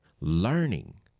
learning